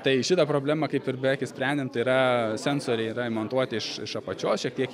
tai šitą problemą kaip ir beveik išsprendėm tai yra sensoriniai yra įmontuoti iš iš apačios šiek tiek